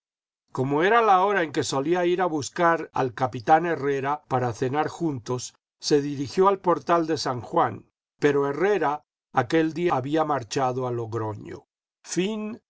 como era la hora en que solía ir a buscar al capitán herrera para cenar juntos se dirigió al portal de san juan pero herrera aquel día había marchado a logroño